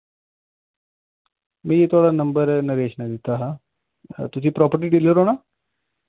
मिगी थोआड़ा नंबर नरेश नै दित्ता हा तुसी प्रापर्टी डीलर हो ना